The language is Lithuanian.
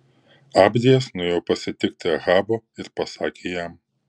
abdijas nuėjo pasitikti ahabo ir pasakė jam